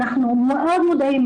אנחנו מאוד מודעים,